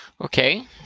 Okay